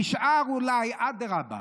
נשאר אולי, אדרבה,